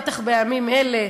בטח בימים אלה,